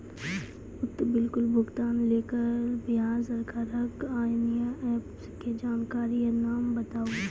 उक्त बिलक भुगतानक लेल बिहार सरकारक आअन्य एप के जानकारी या नाम बताऊ?